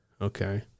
okay